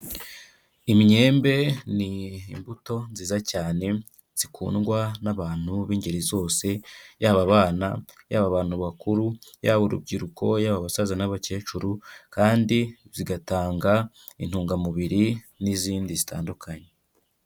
Imyembe ni imbuto nziza cyane, zikundwa n'abantu b'ingeri zose, yaba abana, yaba abantu bakuru, yaba urubyiruko, yaba abasaza n'abakecuru kandi zigatanga, intungamubiri n'izindi zitandukanye.